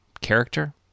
character